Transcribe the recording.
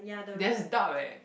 there's dub eh